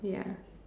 ya